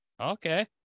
Okay